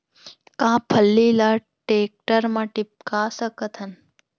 का फल्ली ल टेकटर म टिपका सकथन?